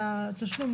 לפי מה שכתוב היום.